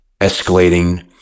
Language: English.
escalating